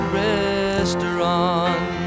restaurant